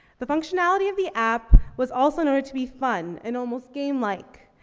the functionality of the app was also noted to be fun and almost game-like.